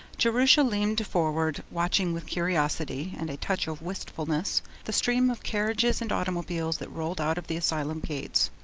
jerusha leaned forward watching with curiosity and a touch of wistfulness the stream of carriages and automobiles that rolled out of the asylum gates.